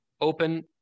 open